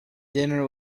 dinner